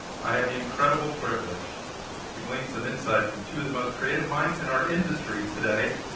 i have the incredible privilege to glean some insight from two of the most creative minds in our industry today.